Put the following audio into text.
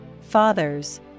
fathers